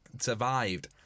survived